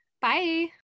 bye